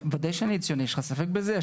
ודאי שאני ציוני, יש לך ספק בזה?